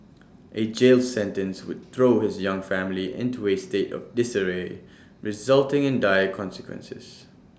A jail sentence would throw his young family into A state of disarray resulting in dire consequences